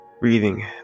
breathing